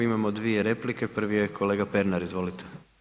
Imamo dvije replike, prvi je kolega Pernar, izvolite.